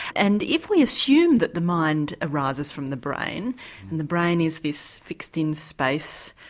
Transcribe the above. and if we assume that the mind arises from the brain and the brain is this fixed-in-space,